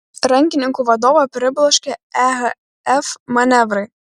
rankininkų vadovą pribloškė ehf manevrai